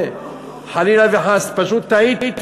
חלילה וחס, פשוט טעיתי.